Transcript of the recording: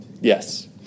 Yes